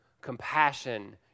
compassion